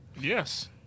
Yes